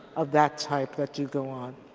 of that type that do go on.